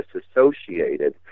disassociated